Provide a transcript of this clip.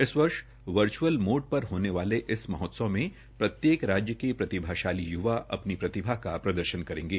इस वर्ष virtual mode पर होने इस महोत्सव में प्रत्येक राज्य के प्रतिभाशाली य्वा इसमें अपनी प्रतिभा का प्रदर्शन करेंगे